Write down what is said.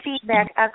feedback